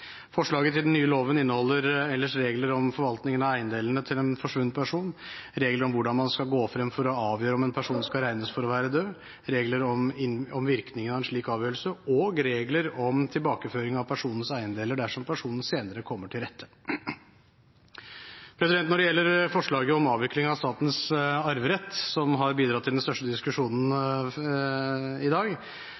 Forslaget til den nye loven inneholder ellers regler om forvaltningen av eiendelene til en forsvunnet person, regler om hvordan man skal gå frem for å avgjøre om en person skal regnes for å være død, regler om virkningene av en slik avgjørelse og regler om tilbakeføring av personens eiendeler dersom personen senere kommer til rette. Når det gjelder forslaget om avvikling av statens arverett, som har bidratt til den største diskusjonen i dag,